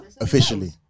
officially